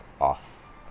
off